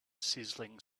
sizzling